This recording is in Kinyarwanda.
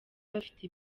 bafite